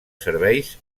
serveis